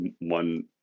one